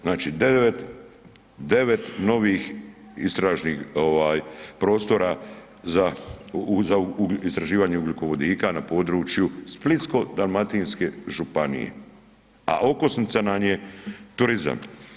Znači 9 novih istražnih ovaj prostora za istraživanje ugljikovodika na području Splitsko-dalmatinske županije, a okosnica nam je turizam.